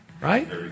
Right